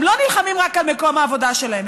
הם לא נלחמים רק על מקום העבודה שלהם,